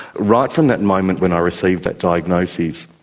right from that moment when i received that diagnosis,